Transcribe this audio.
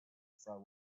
sun